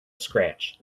scratch